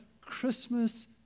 Christmas